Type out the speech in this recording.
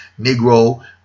Negro